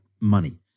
money